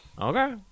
Okay